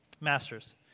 Masters